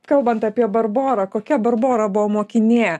kalbant apie barborą kokia barbora buvo mokinė